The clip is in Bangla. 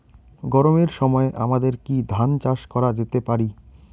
গরমের সময় আমাদের কি ধান চাষ করা যেতে পারি?